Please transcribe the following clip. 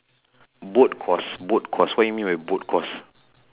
boat course boat course what do you mean by boat course